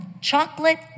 chocolate